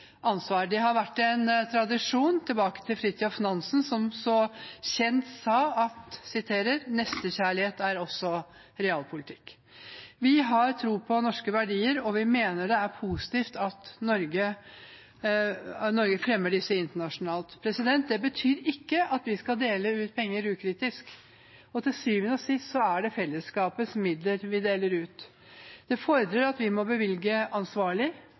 ansvar. Det har vært en tradisjon tilbake til Fridtjof Nansen, som så kjent sa at nestekjærlighet også er realpolitikk. Vi har tro på norske verdier, og vi mener det er positivt at Norge fremmer disse internasjonalt. Det betyr ikke at vi skal dele ut penger ukritisk, for til syvende og sist er det fellesskapets midler vi deler ut. Det fordrer at vi må bevilge ansvarlig,